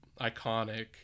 iconic